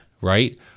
right